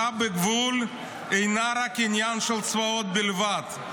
בגבול אינה רק עניין של צבאות בלבד.